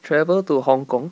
travel to hong-kong